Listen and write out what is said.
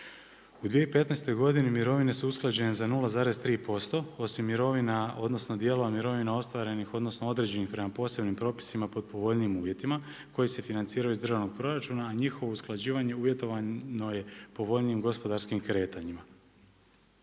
U 2015. godini mirovine su usklađene za 0,3% osim mirovina, odnosno dijela mirovina ostvarenih, odnosno, određenih prema posebnim propisima, pod povoljnijim uvjetima koji se financiraju iz državnog proračuna, a njihovo usklađivanje uvjetovano je povoljnijim gospodarskim kretanjima.